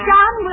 John